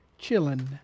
Chillin